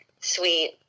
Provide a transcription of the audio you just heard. sweet